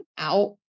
out